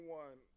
one